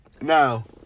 Now